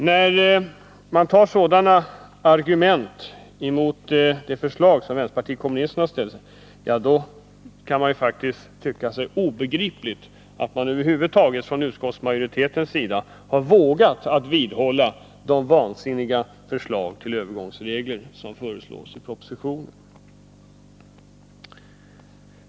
När majoriteten använder sådana argument mot det förslag vänsterpartiet kommunisterna har lagt fram, då kan det verka obegripligt att utskottsmajoriteten över huvud taget har vågat vidhålla de vansinniga övergångsregler som föreslås i propositionen.